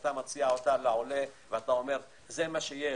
שאתה מציע לעולה ואומר: זה מה שיש.